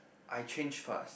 I change fast